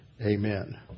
Amen